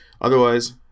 Otherwise